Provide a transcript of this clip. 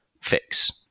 fix